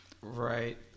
Right